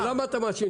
אתה טועה,